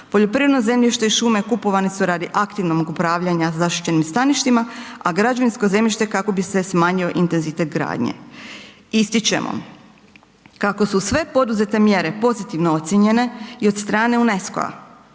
Poljoprivredno zemljište i šume kupovane su radi aktivnog upravljanja zaštićenim staništima a građevinsko zemljište kako bi se smanjio intenzitet gradnje. Ističemo kako su sve poduzete mjere pozitivne ocijenjene i od strane UNESCO-a